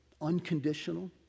unconditional